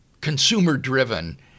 consumer-driven